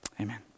amen